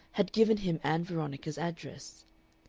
had given him ann veronica's address.